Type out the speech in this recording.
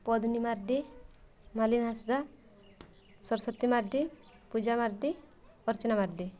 Padini Mardi Malin Hansda Saraswati Mardi Puja Mardi Archana Mardi